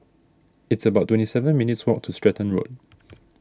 it's about twenty seven minutes' walk to Stratton Road